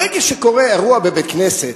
ברגע שקורה אירוע בבית-כנסת,